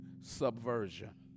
subversion